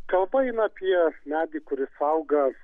kalba eina medį kuris auga